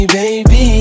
baby